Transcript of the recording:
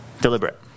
Deliberate